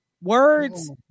Words